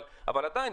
אבל עדיין,